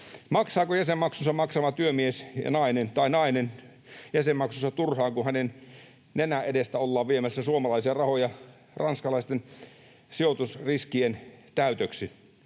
Maksaako jäsenmaksunsa maksava työmies tai -nainen jäsenmaksunsa turhaan, kun hänen nenänsä edestä ollaan viemässä suomalaisia rahoja ranskalaisten sijoitusriskien täytöksi?